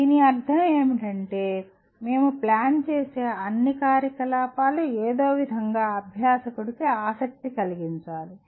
దీని అర్థం ఏమిటంటే మేము ప్లాన్ చేసే అన్ని కార్యకలాపాలు ఏదో ఒకవిధంగా అభ్యాసకుడికి ఆసక్తి కలిగించాలి